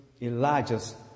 Elijah's